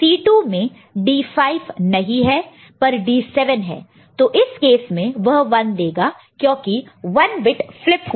C2 में D5 नहीं है पर D7 है तो इस केस में वह 1 देगा क्योंकि 1 बिट फ्लिप हुआ है